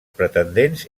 pretendents